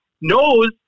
knows